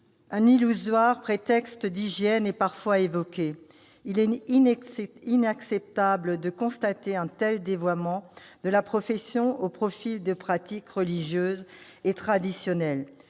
un illusoire prétexte d'hygiène est parfois invoqué. Il est inacceptable de constater un tel dévoiement de la profession au profit de pratiques religieuses et traditionnelles.